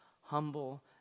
Humble